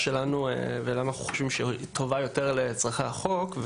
שלנו ולמה אנחנו חושבים שהיא טובה יותר לצורכי החוק.